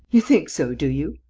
you think so, do you?